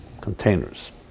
containers